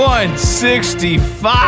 165